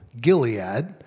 Gilead